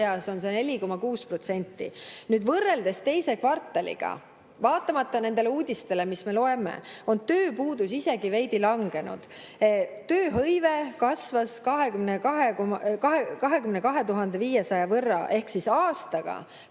on see 4,6%. Võrreldes teise kvartaliga, vaatamata nendele uudistele, mis me loeme, on tööpuudus isegi veidi langenud. Tööhõive kasvas 22 500 võrra ehk [eelmise] aastaga